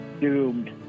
doomed